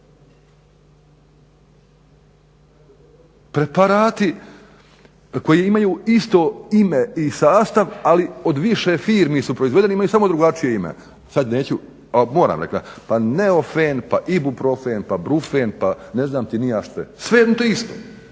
preparati koji imaju isto ime i sastav, ali od više firmi su proizvedeni, imaju samo drugačije ime, sad neću, pa moram … pa neofen, pa ibuprofen, pa brufen, pa ne znam ni ja što, sve jedno te isto.